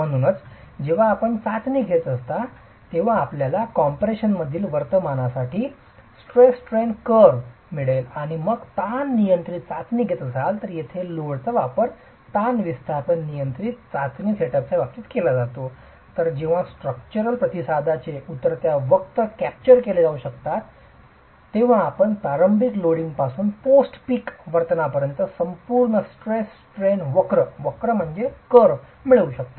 म्हणूनच जेव्हा आपण चाचणी घेता तेव्हा आपल्याला कॉम्प्रेशनमधील वर्तनासाठी स्ट्रेस स्ट्रेन वक्र मिळेल आणि आपण ताण नियंत्रित चाचणी घेत असाल तर जेथे लोडचा वापर ताण विस्थापन नियंत्रित चाचणी सेटअपच्या बाबतीत केला जातो तर जेव्हा स्ट्रक्चरल प्रतिसादाचे उतरत्या वक्र कॅप्चर केले जाऊ शकतात तेव्हा आपण प्रारंभिक लोडिंगपासून पोस्ट पीक वर्तनापर्यंत संपूर्ण स्ट्रेस स्ट्रेन वक्र मिळवू शकता